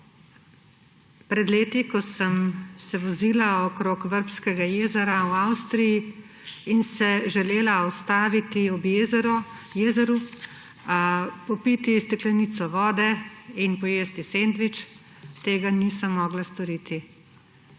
Pred leti, ko sem se vozila okrog Vrbskega jezera v Avstriji in se želela ustaviti ob jezeru, popiti steklenico vode in pojesti sendvič, tega nisem mogla storiti.